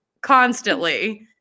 constantly